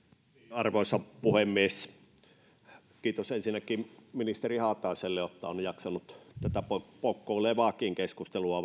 arvoisa puhemies kiitos ensinnäkin ministeri haataiselle siitä että on jaksanut tätä välillä poukkoilevaakin keskustelua